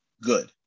good